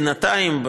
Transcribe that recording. בינתיים,